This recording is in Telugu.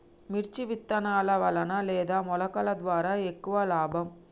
మిర్చి విత్తనాల వలన లేదా మొలకల ద్వారా ఎక్కువ లాభం?